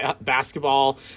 basketball